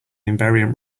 invariant